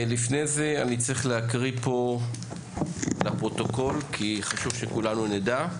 לפני זה אני צריך להקריא פה לפרוטוקול כי חשוב שכולנו נדע.